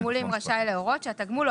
קצין תגמולים רשאי להורות שהתגמול או